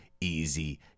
easy